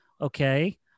okay